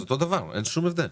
זה אותו דבר, אין שום הבדל.